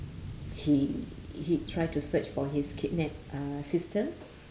he he try to search for his kidnapped uh sister